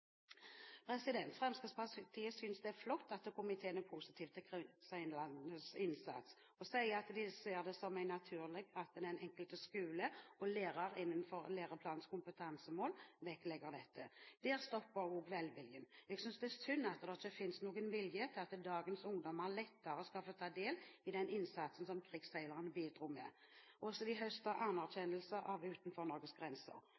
innsats og sier at de ser det som naturlig at den enkelte skole og lærer innenfor læreplanens kompetansemål vektlegger dette. Men der stopper også velviljen. Jeg synes det er synd at det ikke finnes noen vilje til at dagens ungdommer lettere skal få ta del i den innsatsen som krigsseilerne bidro med, og som de høstet anerkjennelse for utenfor Norges grenser.